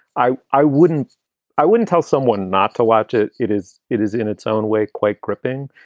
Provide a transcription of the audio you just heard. i i wouldn't i wouldn't tell someone not to watch it. it is. it is in its own way, quite gripping.